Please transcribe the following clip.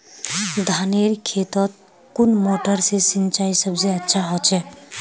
धानेर खेतोत कुन मोटर से सिंचाई सबसे अच्छा होचए?